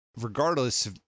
regardless